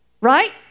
Right